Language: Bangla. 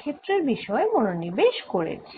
ক্ষেত্রের বিষয়ে মনোনিবেশ করেছি